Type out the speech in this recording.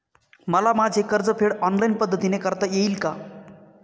मला माझे कर्जफेड ऑनलाइन पद्धतीने करता येईल का?